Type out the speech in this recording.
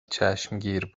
چشمگیر